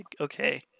okay